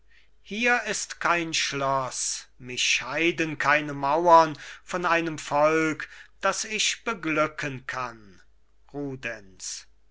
hier ist kein schloss mich scheiden keine mauern von einem volk das ich beglücken kann